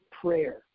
prayer